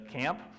camp